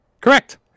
Correct